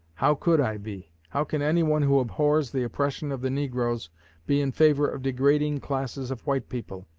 how could i be? how can anyone who abhors the oppression of the negroes be in favor of degrading classes of white people?